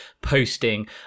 posting